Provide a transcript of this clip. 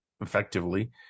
effectively